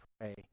pray